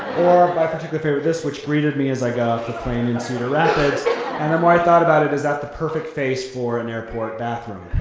or my particular favorite this, which greeted me as i got off the plane in cedar rapids, and the more i thought about it, is that the perfect face for an airport bathroom.